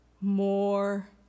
more